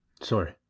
sorry